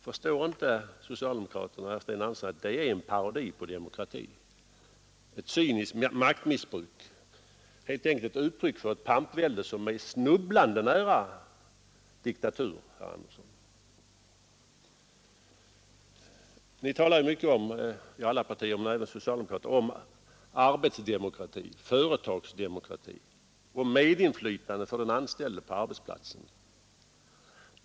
Förstår inte herr Sten Andersson och andra socialdemokrater att det är en parodi på demokrati, ett cyniskt maktmissbruk, helt enkelt uttryck för ett pampvälde som är snubblande nära diktatur? Vi talar mycket i alla partier, även inom socialdemokratiska partiet, om arbetsdemokrati, företagsdemokrati och medinflytande för den anställde på arbetsplatsen.